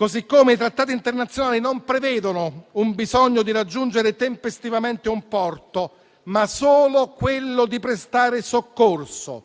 Allo stesso modo, i trattati internazionali non prevedono il bisogno di raggiungere tempestivamente un porto, ma solo quello di prestare soccorso.